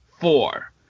four